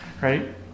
right